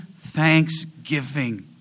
thanksgiving